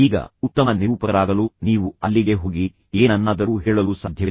ಈಗ ಉತ್ತಮ ನಿರೂಪಕರಾಗಲು ನೀವು ಅಲ್ಲಿಗೆ ಹೋಗಿ ಏನನ್ನಾದರೂ ಹೇಳಲು ಸಾಧ್ಯವಿಲ್ಲ